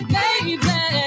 baby